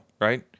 right